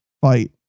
fight